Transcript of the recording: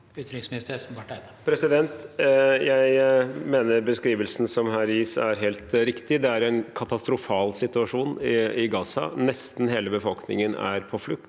Utenriksminister Espen Barth Eide Jeg mener beskrivelsen som her gis, er helt riktig. Det er en katastrofal situasjon i Gaza. Nesten hele befolkningen er på flukt,